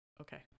Okay